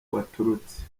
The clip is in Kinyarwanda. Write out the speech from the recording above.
baturutse